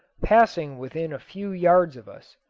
passing within a few yards of us,